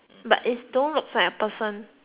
but it's don't looks like a person